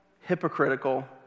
hypocritical